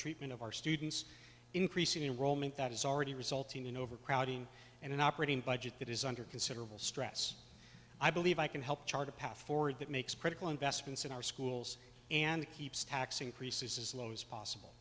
treatment of our students increasing role meant that is already resulting in overcrowding and an operating budget that is under considerable stress i believe i can help chart a path forward that makes critical investments in our schools and keeps tax increases as low as possible